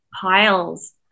piles